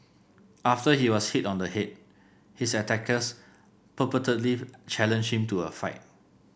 after he was hit on the head his attackers purportedly challenged him to a fight